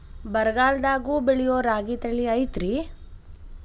ಬರಗಾಲದಾಗೂ ಬೆಳಿಯೋ ರಾಗಿ ತಳಿ ಐತ್ರಿ?